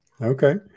Okay